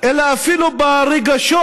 אלא אפילו ברגשות,